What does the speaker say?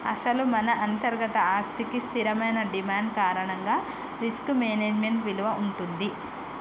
అసలు మన అంతర్గత ఆస్తికి స్థిరమైన డిమాండ్ కారణంగా రిస్క్ మేనేజ్మెంట్ విలువ ఉంటుంది